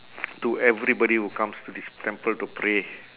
to everybody who comes to this temple to pray